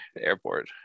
airport